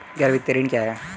गैर वित्तीय ऋण क्या है?